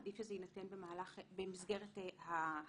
עדיף שזה יינתן במסגרת הגן.